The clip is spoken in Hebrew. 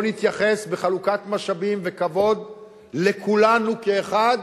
נתייחס בחלוקת משאבים וכבוד לכולנו כאחד,